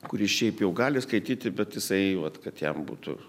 kuris šiaip jau gali skaityti bet jisai vat kad jam būtų